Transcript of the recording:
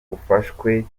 ufashwe